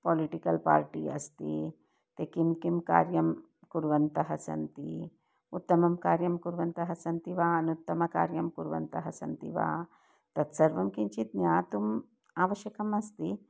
political party अस्ति ते किं किं कार्यं कुर्वन्तः सन्ति उत्तमं कार्यं कुर्वन्तः सन्ति वा अनुत्तमकार्यं कुर्वन्तः सन्ति वा तत्सर्वं किञ्चित् ज्ञातुम् आवश्यकम् अस्ति